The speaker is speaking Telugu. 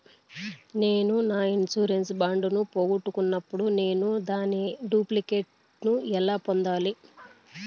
నేను నా ఇన్సూరెన్సు బాండు ను పోగొట్టుకున్నప్పుడు నేను దాని డూప్లికేట్ ను ఎలా పొందాలి?